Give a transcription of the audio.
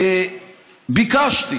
ביקשתי